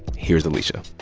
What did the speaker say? here's alisha